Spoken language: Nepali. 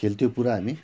खेल्थ्यो पुरा हामी